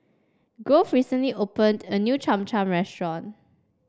Grove recently opened a new Cham Cham Restaurant